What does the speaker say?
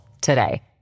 today